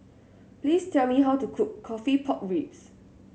please tell me how to cook coffee pork ribs